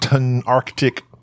Arctic